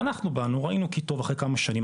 אנחנו ראינו כי טוב אחרי כמה שנים,